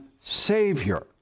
Savior